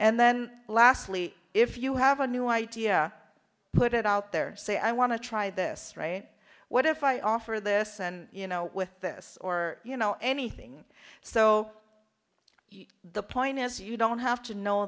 and then lastly if you have a new idea put it out there and say i want to try this what if i offer this and you know with this or you know anything so the point is you don't have to know